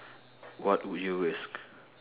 what would you risk